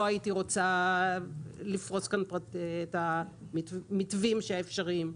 הייתי רוצה לפרוס כאן את המתווים האפשריים.